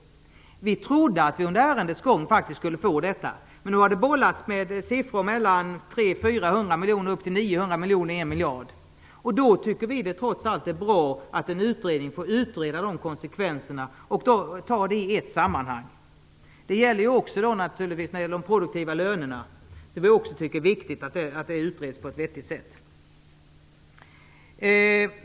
Vi trodde att vi under ärendets gång skulle få fakta. Men nu har det bollats med siffror från 300, 400 miljoner upp till 900 miljoner och en miljard. Då tycker vi trots allt att det är bra att en utredning får utreda konsekvenserna och ta det i ett sammanhang. Det gäller också frågan om de produktiva lönerna. Vi tycker att det är viktigt att också den utreds på ett vettigt sätt.